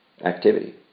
activity